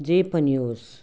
जे पनि होस्